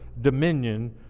dominion